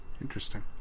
Interesting